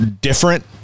different